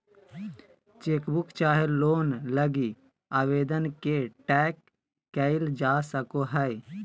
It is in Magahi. चेकबुक चाहे लोन लगी आवेदन के ट्रैक क़इल जा सको हइ